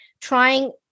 trying